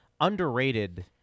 underrated